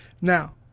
Now